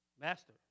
Master